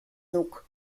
nóg